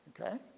Okay